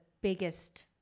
biggest